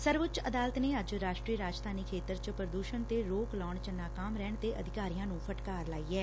ਸਰਵਉੱਚ ਅਦਾਲਤ ਨੇ ਅੱਜ ਰਾਸ਼ਟਰੀ ਰਾਜਧਾਨੀ ਖੇਤਰ ਚ ਪ੍ਰਦੂਸ਼ਣ ਤੇ ਰੋਕ ਲਾਉਣ ਚ ਨਾਕਾਮ ਰਹਿਣ ਤੇ ਅਧਿਕਾਰੀਆਂ ਨੂੰ ਫਟਕਾਰ ਲਾਈ ਐ